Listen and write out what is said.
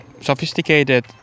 sophisticated